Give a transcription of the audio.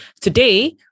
Today